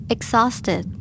Exhausted